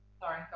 sorry